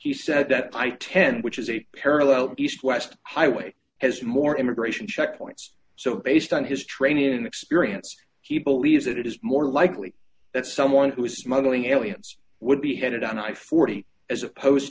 why he said that i ten which is a parallel east west highway has more immigration checkpoints so based on his training and experience he believes that it is more likely that someone who is smuggling alliums would be headed on i forty as opposed